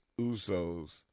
Usos